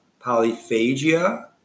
polyphagia